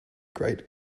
great